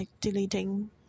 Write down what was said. deleting